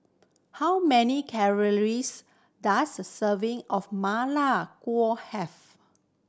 how many calories does a serving of ma lai have